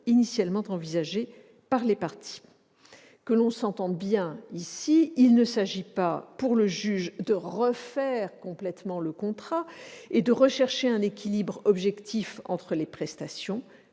initialement envisagé par les parties. Que l'on s'entende bien, il s'agit pour le juge non pas de refaire complètement le contrat et de rechercher un équilibre objectif entre les prestations,